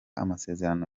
amasezerano